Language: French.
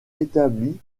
établi